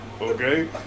Okay